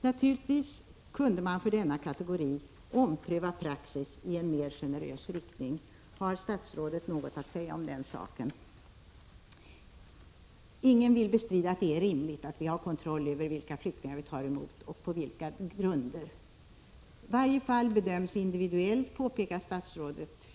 Naturligtvis kunde man för denna kategori ompröva praxis i en mer generös riktning. Har statsrådet något att säga om den saken? Ingen vill bestrida att det är rimligt att vi har kontroll över vilka flyktingar vi tar emot och på vilka grunder. Varje fall bedöms individuellt, påpekar statsrådet.